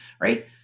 right